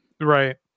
Right